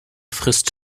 frisst